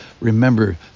remember